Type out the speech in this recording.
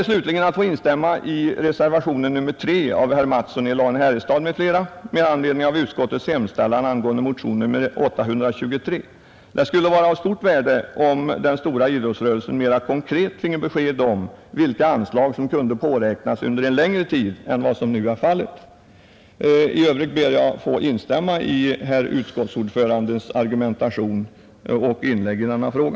Slutligen vill jag yrka bifall till reservationen 3 av herr Mattsson i Lane-Herrestad m.fl. Det skulle vara av stort värde om idrottsrörelsen mera konkret finge besked om vilka anslag som kunde påräknas under en längre tid än vad som nu är fallet. I övrigt instämmer jag i utskottsordförandens argumentation och inlägg i denna fråga.